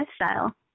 lifestyle